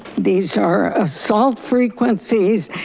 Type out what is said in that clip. these are assault frequencies,